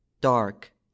dark